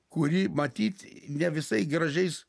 kuri matyt ne visai gražiais